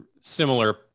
similar